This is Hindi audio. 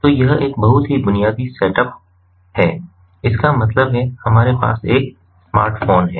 तो यह एक बहुत ही बुनियादी सेट अप है इसका मतलब है हमारे पास एक स्मार्टफोन है